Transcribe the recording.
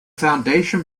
foundation